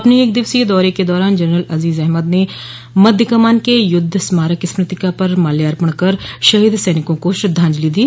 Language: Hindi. अपने एक दिवसीय दौरे के दौरान जनरल अजीज अहमद ने मध्य कमान के युद्ध समारक स्मृतिका पर माल्यार्पण कर शहीद सैनिकों को श्रद्धाजंलि दी